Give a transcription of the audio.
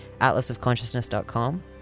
atlasofconsciousness.com